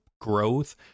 growth